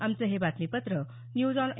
आमचं हे बातमीपत्र न्यूज ऑन ए